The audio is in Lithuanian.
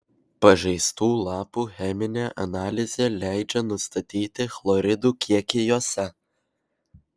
pažeistų lapų cheminė analizė leidžia nustatyti chloridų kiekį juose